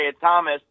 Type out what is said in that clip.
Thomas